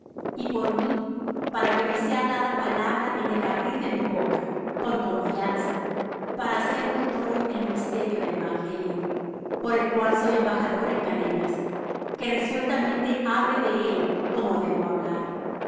y por mí para que me sea dada palabra en el abrir de mi boca con confianza para hacer notorio el misterio del evangelio por el cual soy embajador en cadenas que resueltamente hable de él como debo hablar